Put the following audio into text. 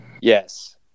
yes